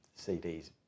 CDs